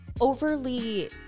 overly